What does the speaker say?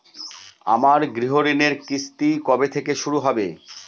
আমার গৃহঋণের কিস্তি কবে থেকে শুরু হবে?